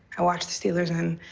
i watch the steelers, and